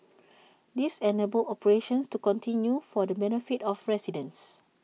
this enabled operations to continue for the benefit of residents